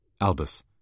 Albus